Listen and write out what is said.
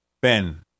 Ben